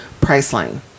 Priceline